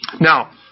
Now